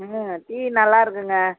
ம் டீ நல்லா இருக்குங்க